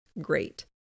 great